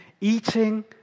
eating